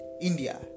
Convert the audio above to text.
India